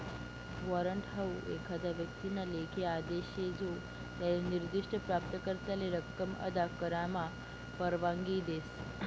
warrant हाऊ एखादा व्यक्तीना लेखी आदेश शे जो त्याले निर्दिष्ठ प्राप्तकर्त्याले रक्कम अदा करामा परवानगी देस